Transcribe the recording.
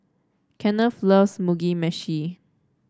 Kenneth loves Mugi Meshi